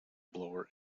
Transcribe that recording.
blower